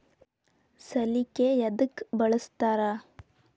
ಸಲಿಕೆ ಯದಕ್ ಬಳಸ್ತಾರ?